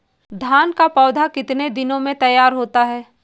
धान का पौधा कितने दिनों में तैयार होता है?